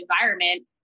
environment